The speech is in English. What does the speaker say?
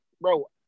bro